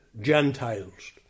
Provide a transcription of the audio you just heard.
Gentiles